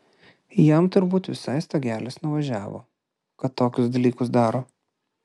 jam turbūt visai stogelis nuvažiavo kad tokius dalykus daro